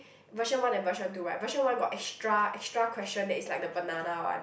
version one and version two right version one got extra extra question that is like the banana one